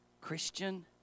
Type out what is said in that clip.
Christian